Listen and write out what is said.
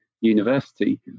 university